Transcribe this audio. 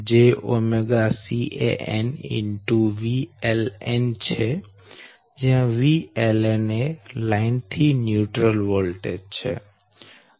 જયાં VLNએ લાઈન થી ન્યુટ્રલ વોલ્ટેજ છે